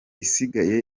isigaye